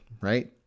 right